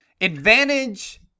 Advantage